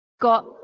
got